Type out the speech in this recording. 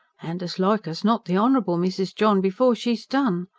and, as like as not, the honourable mrs. john before she's done.